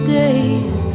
days